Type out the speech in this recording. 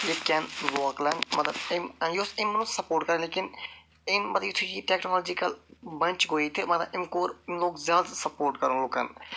ییٚتہِ کٮ۪ن لوکلن مطلب أمۍ یُس أمۍ لوگ سپورٹ کرنہٕ کِنۍ أمۍ مطلب یُتھے یہِ ٹیکنالوجِکل بنچ گوٚو ییٚتہِ مطلب أمۍ کوٚر لوگ زیادٕ سپورٹ کَرُن لوٗکن